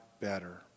better